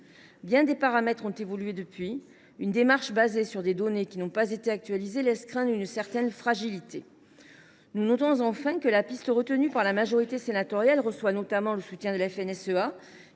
bien des paramètres ont évolué depuis lors. Une démarche basée sur des données qui n’ont pas été actualisées laisse craindre une certaine fragilité. Nous notons, enfin, que la piste retenue par la majorité sénatoriale reçoit notamment le soutien de la FNSEA,